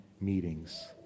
meetings